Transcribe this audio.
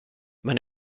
men